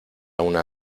una